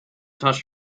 touch